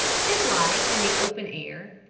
his life in the open air,